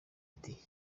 ati